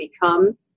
become